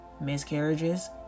miscarriages